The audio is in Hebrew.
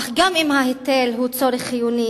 אך גם אם ההיטל הוא צורך חיוני,